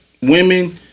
women